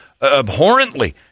abhorrently